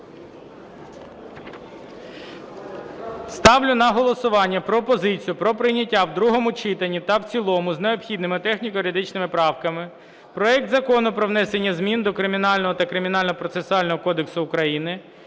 Ставлю на голосування пропозицію про прийняття в другому читанні та в цілому з необхідними техніко-юридичними правками проект Закону про внесення змін до Кримінального та Кримінального процесуального кодексів України